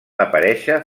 aparèixer